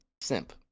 simp